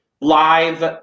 live